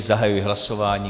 Zahajuji hlasování.